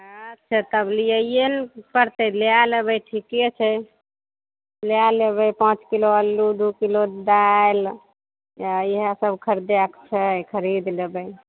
अच्छे तब लियै ने पड़तै लए लेबै ठीके छै लए लेबै पॉच किलो आलू दू किलो दालि जा इएहा सब खरिदैके छै खरीद लेबै